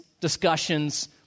discussions